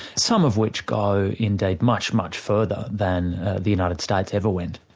some of which go indeed much, much further than the united states ever went.